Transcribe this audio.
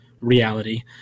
reality